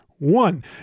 One